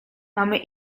mamy